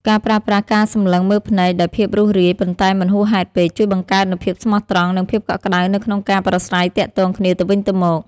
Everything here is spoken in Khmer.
ការប្រើប្រាស់ការសម្លឹងមើលភ្នែកដោយភាពរួសរាយ ប៉ុន្តែមិនហួសហេតុពេក ជួយបង្កើតនូវភាពស្មោះត្រង់ និងភាពកក់ក្ដៅនៅក្នុងការប្រាស្រ័យទាក់ទងគ្នាទៅវិញទៅមក។